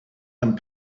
and